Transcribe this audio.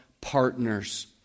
partners